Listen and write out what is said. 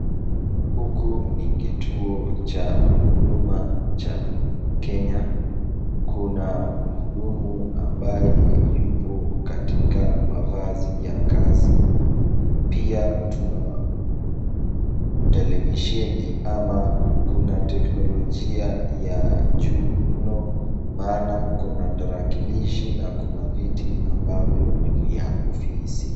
Huku ni kituo cha huduma cha Kenya. Kuna mhudumu ambaye yupo katika mavazi ya kazi, pia tuna televisheni ama kuna teknolojia ya juu mno, maana kuna tarakilishi na kuna viti ambavyo ni vya ofisi.